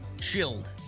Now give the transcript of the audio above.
chilled